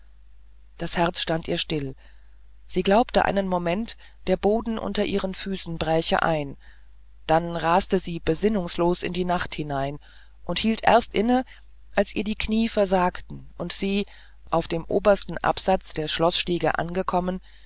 das herz stand ihr still sie glaubte einen moment der boden unter ihren füßen bräche ein dann raste sie besinnungslos in die nacht hinein und hielt erst inne als ihr die knie versagten und sie auf dem obersten absatz der schloßstiege angekommen